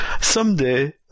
someday